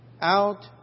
out